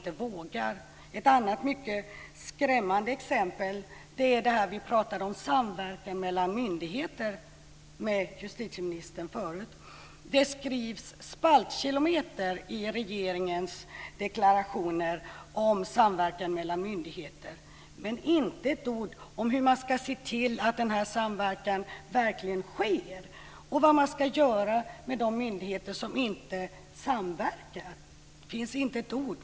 Ett annat mycket skrämmande exempel gäller samverkan mellan myndigheter, som vi tidigare talade med justitieministern om. Det skrivs spaltkilometer i regeringens deklarationer om samverkan mellan myndigheter men inte ett ord om hur man ska se till att denna samverkan verkligen kommer till stånd och om vad man ska göra med de myndigheter som inte samverkar.